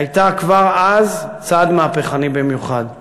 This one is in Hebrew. הייתה כבר אז צעד מהפכני במיוחד.